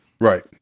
Right